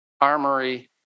armory